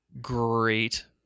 great